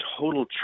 total